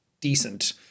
decent